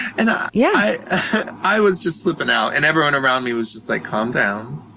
and i yeah i was just flipping out and everyone around me was just like, calm down.